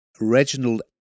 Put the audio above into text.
Reginald